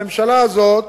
הממשלה הזאת,